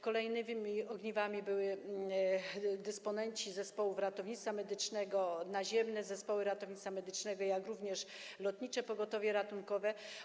Kolejnymi ogniwami byli dysponenci zespołów ratownictwa medycznego, naziemne zespoły ratownictwa medycznego, jak również Lotnicze Pogotowie Ratunkowe.